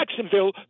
Jacksonville